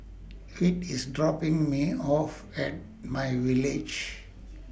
Whit IS dropping Me off At MyVillage